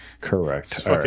correct